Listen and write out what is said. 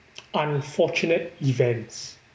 unfortunate events